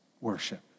worship